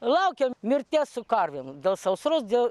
laukiam mirties su karvėm dėl sausros dėl